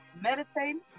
meditating